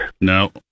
No